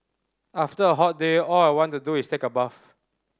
after a hot day all I want to do is take a bath